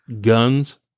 Guns